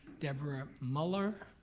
debra muller.